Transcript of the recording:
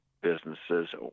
businesses